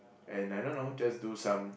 and I don't know just do some